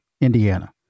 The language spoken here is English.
Indiana